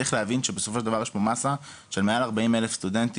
צריך להבין שבסופו של דבר יש פה מסה של מעל ארבעים אלף סטודנטים